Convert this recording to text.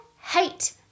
hate